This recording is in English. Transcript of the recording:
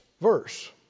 verse